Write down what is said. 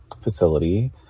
facility